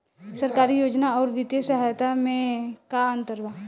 सरकारी योजना आउर वित्तीय सहायता के में का अंतर बा?